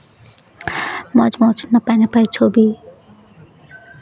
ᱢᱚᱡᱽ ᱢᱚᱡᱽ ᱱᱟᱯᱟᱭ ᱱᱟᱯᱟᱭ ᱪᱷᱚᱵᱤ